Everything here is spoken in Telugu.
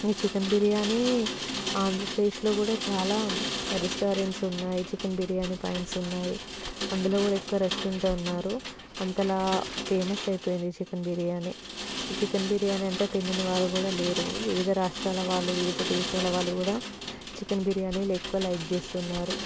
ఈ చికెన్ బిర్యానీ ఆంధ్రప్రదేశ్లో కూడా చాలా రెస్టారెంట్స్ ఉన్నాయి చికెన్ బిర్యానీ పాయింట్స్ ఉన్నాయి అందులో కూడా ఎక్కువ రష్ ఉంటున్నారు అంతగా ఫేమస్ అయిపోయింది చికెన్ బిర్యానీ చికెన్ బిర్యానీ అంటే తెలియని వారు కూడా లేరు వివిధ రాష్ట్రాల వాళ్ళు వివిధ దేశాల వాళ్ళు కూడా చికెన్ బిర్యానీలు ఎక్కువ లైక్ చేస్తున్నారు